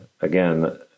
again